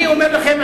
אני אומר לכם,